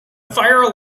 fire